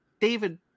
David